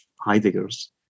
Heidegger's